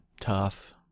tough